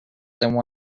than